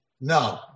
No